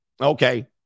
okay